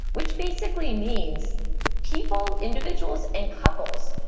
which basically means people, individuals, and couples,